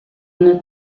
una